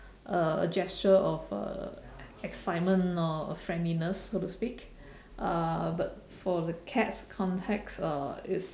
uh a gesture of uh excitement or friendliness so to speak uh but for the cats' context uh is